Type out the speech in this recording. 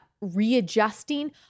readjusting